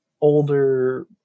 older